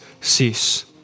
cease